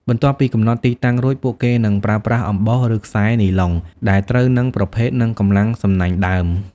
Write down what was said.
បន្ទាប់ពីកំណត់ទីតាំងរួច ពួកគេនឹងប្រើប្រាស់អំបោះ ឬខ្សែនីឡុងដែលត្រូវនឹងប្រភេទ និងកម្លាំងសំណាញ់ដើម។